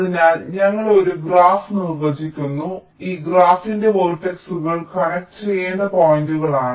അതിനാൽ ഞങ്ങൾ ഒരു ഗ്രാഫ് നിർവ്വചിക്കുന്നു ഈ ഗ്രാഫിന്റെ വേർട്ടക്സുകൾ കണക്ട് ചെയ്യേണ്ട പോയിന്റുകളാണ്